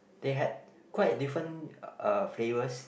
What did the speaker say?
they had quite a different uh flavors